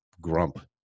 grump